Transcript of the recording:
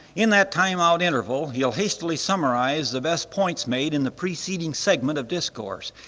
in that timeout interval he'll hastily summarize the best points made in the preceding segment of discourse.